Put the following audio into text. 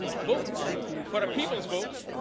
vote for a people's vote,